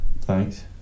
Thanks